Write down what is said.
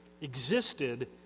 existed